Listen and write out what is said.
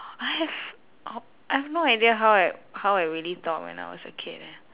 I have ou~ I have no idea how I how I really thought when I was a kid eh